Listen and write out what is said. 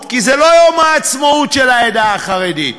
כי זה לא יום העצמאות של העדה החרדית.